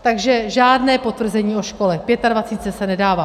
Takže žádné potvrzení o škole, v Pětadvacítce se nedává.